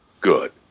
good